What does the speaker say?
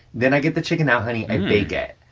then i get the chicken out. honey, i bake it.